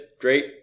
great